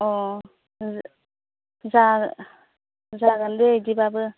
अ' जा जागोन दे बिदिबाबो